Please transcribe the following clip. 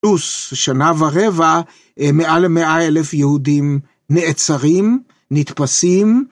פלוס שנה ורבע מעל מאה אלף יהודים נעצרים, נתפסים.